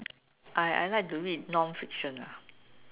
I I like to read non fiction lah